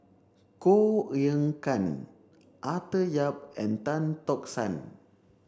Koh Eng Kian Arthur Yap and Tan Tock San